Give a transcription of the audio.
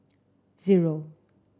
zero